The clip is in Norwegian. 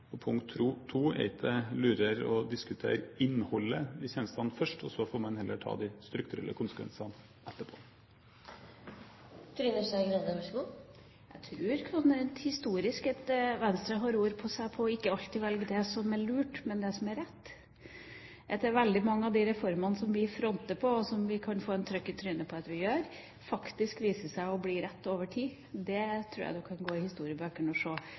Og punkt to, er det ikke lurere å diskutere innholdet i disse tjenestene først, og så får man heller ta de strukturelle konsekvensene etterpå? Jeg tror, sånn rent historisk, at Venstre har ord på seg for ikke alltid å velge det som er lurt, men det som er rett. Jeg tror at veldig mange av de reformene som vi fronter – og som vi kan få «en trøkk i trynet» for at vi gjør – faktisk viser seg å bli rett over tid. Det tror jeg du kan gå i